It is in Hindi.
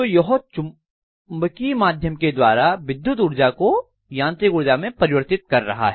तो यह चुंबकीय माध्यम के द्वारा विद्युत ऊर्जा को यांत्रिक ऊर्जा में परिवर्तित कर रहा है